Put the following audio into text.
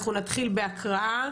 אנחנו נתחיל בהקראה.